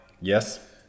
yes